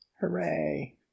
Hooray